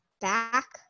Back